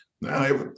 Now